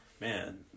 Man